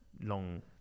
long